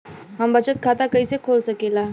हम बचत खाता कईसे खोल सकिला?